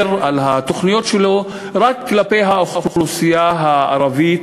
על התוכניות שלו רק כלפי האוכלוסייה הערבית,